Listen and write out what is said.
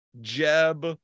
Jeb